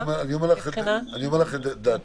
אני אומר לך את דעתי.